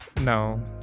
no